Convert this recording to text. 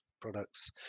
products